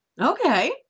Okay